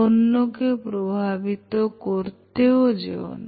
অন্যকে প্রভাবিত করতেও যেওনা